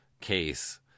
case